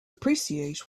appreciate